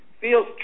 feels